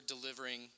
delivering